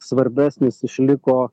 svarbesnis išliko